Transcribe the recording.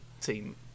team